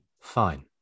fine